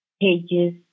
pages